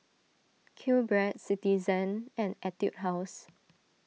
Q Bread Citizen and Etude House